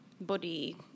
body